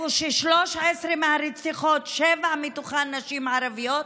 מ-13 הרציחות, 7 הן של נשים ערביות,